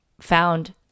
found